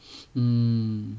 mm